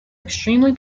extremely